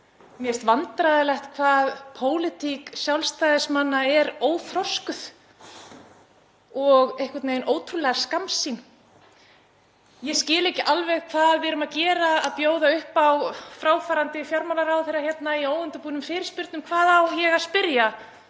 Mér finnst vandræðalegt hvað pólitík Sjálfstæðismanna er óþroskuð og einhvern veginn ótrúlega skammsýn. Ég skil ekki alveg hvað við erum að gera með því að bjóða upp á fráfarandi fjármálaráðherra hérna í óundirbúnum fyrirspurnum. Hvað á ég að spyrja